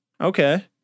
okay